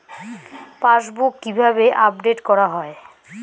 Passbook কিভাবে update করা হয়?